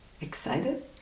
excited